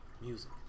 Music